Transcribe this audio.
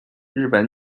日本